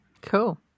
cool